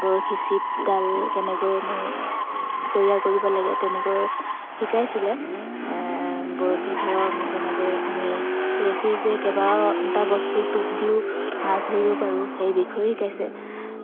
বৰশী চিপডাল কেনেকৈনো তৈয়াৰ কৰিব লাগে তেনেকৈও শিকাইছিলে বৰশী ধৰক যেনেকৈ আমি বৰশীৰ যে কেবাওটা বস্তু টোপ দিওঁ মাছ ধৰিব পাৰোঁ সেই বিষয়ে শিকাইছে